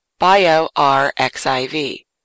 BioRXIV